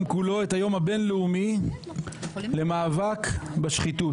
כולו את היום הבין-לאומי למאבק בשחיתות.